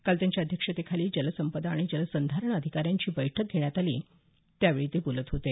काल त्यांच्या अध्यक्षतेखाली जलसंपदा आणि जलसंधारण अधिकाऱ्यांची बैठक घेण्यात आली त्यावेळी ते बोलत होते